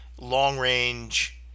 long-range